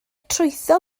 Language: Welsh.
trwytho